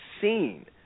seen